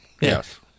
Yes